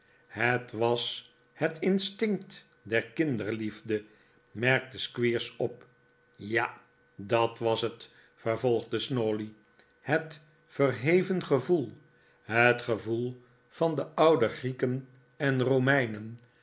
het was het instinct der kinderliefde merkte squeers op ja dat was het vervolgde snawley het verheven gevoel het gevoel van de oude grieken en romeinen